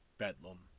bedlam